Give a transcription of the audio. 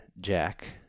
Jack